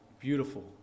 beautiful